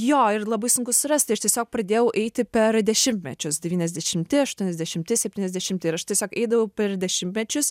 jo ir labai sunku surasti aš tiesiog pradėjau eiti per dešimtmečius devyniasdešimti aštuoniasdešimti septyniasdešimti ir aš tiesiog eidavau per dešimtmečius